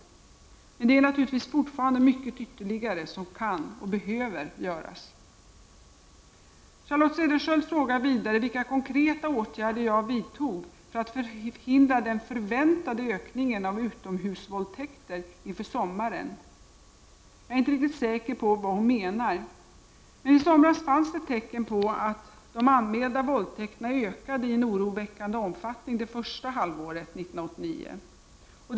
Men det är naturligtvis fortfarande mycket ytterligare som kan och behöver göras. Charlotte Cederschiöld frågar vidare vilka konkreta åtgärder jag vidtog för att förhindra den förväntade ökningen av utomhusvåldtäkter inför sommaren. Jag är inte riktigt säker på vad hon menar. Men i somras fanns det tecken på att de anmälda våldtäkterna ökade i en oroväckande omfattning det första halvåret 1989.